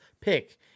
pick